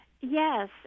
Yes